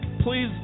please